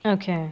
okay